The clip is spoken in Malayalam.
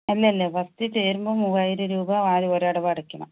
അല്ല അല്ല ഫസ്റ്റ് ചേരുമ്പോൾ മൂവായിരം രൂപ ആദ്യം ഒരു അടവ് അടയ്ക്കണം